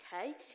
okay